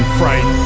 fright